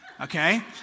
okay